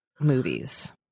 movies